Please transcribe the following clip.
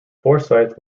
forsyth